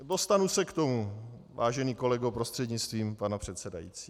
Dostanu se k tomu, vážený kolego prostřednictvím pana předsedajícího.